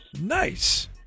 Nice